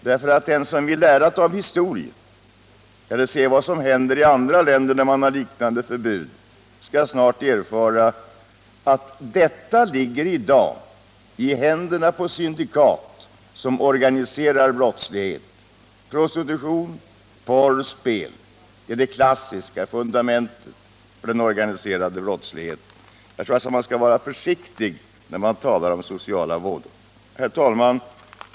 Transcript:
Den som vill lära av historien eller ta del av vad som hänt i andra länder med liknande förbud skall snart erfara att det illegala spelet ligger i händerna på syndikat som också organiserar prostitution och pornografi. Det är det klassiska fundamentet för den organiserade brottsligheten. Jag tror alltså man skall vara försiktig när man talar om sociala vådor. Herr talman!